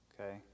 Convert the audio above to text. Okay